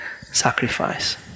sacrifice